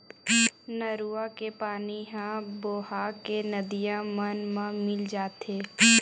नरूवा के पानी ह बोहा के नदिया मन म मिल जाथे